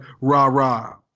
rah-rah